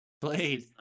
Blade